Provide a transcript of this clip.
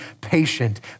patient